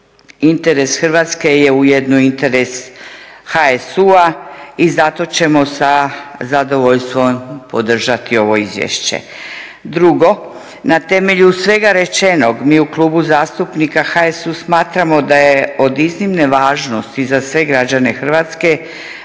Interes Hrvatske je ujedno interes HSU-a i zato ćemo sa zadovoljstvom podržati ovo izvješće. Drugo, na temelju svega rečenog mi u Klubu zastupnika HSU-a smatramo da je od iznimne važnosti za sve građane Hrvatske